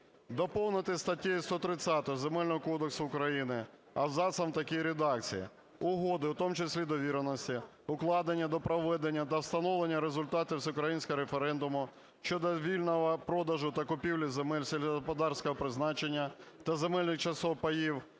Доповнити статтю 130 Земельного кодексу України абзацом в такій редакції: "Угоди (у тому числі довіреності), укладені до проведення та встановлення результатів всеукраїнського референдуму щодо вільного продажу та купівлі земель сільськогосподарського призначення та земельних часток (паїв),